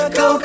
go